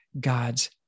God's